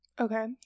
Okay